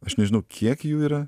aš nežinau kiek jų yra